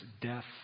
death